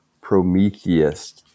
Prometheus